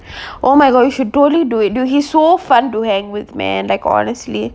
oh my god you should totally do it too he's so fun to hang with man like honestly